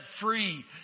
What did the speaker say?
free